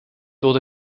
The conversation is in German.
wurde